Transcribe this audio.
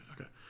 Okay